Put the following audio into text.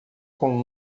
com